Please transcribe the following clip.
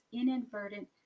inadvertent